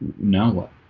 now what